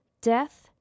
Death